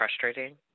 frustrating